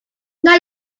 now